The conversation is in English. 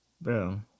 Bro